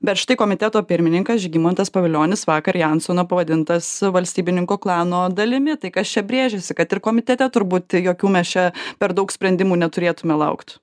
bet štai komiteto pirmininkas žygimantas pavilionis vakar jansono pavadintas valstybininkų klano dalimi tai kas čia brėžiasi kad ir komitete turbūt jokių mes čia per daug sprendimų neturėtume laukt